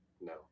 No